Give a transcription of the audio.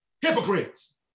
hypocrites